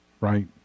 right